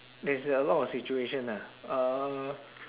there's a a lot of situation ah uh